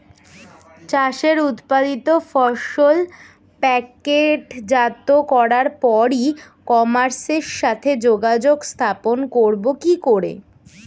চাষের উৎপাদিত ফসল প্যাকেটজাত করার পরে ই কমার্সের সাথে যোগাযোগ স্থাপন করব কি করে?